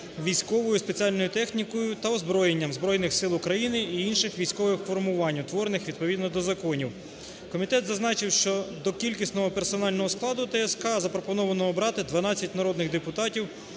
військовою спеціальною технікою та озброєнням Збройних Сил України і інших військових формувань, утворених відповідно до законів. Комітет зазначив, що до кількісного персонального складу ТСК запропоновано обрати 12 народних депутатів